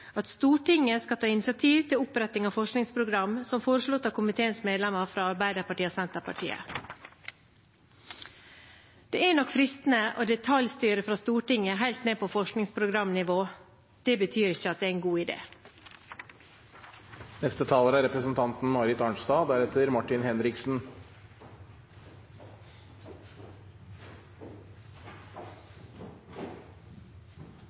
at Stortinget skal ta initiativ til opprettelse av forskningsprogram, som er foreslått av komiteens medlemmer fra Arbeiderpartiet, Senterpartiet og SV. Det er nok fristende å detaljstyre fra Stortinget helt ned på forskningsprogramnivå, men det betyr ikke at det er en god